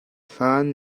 hlan